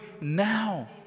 now